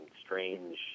strange